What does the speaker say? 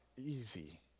easy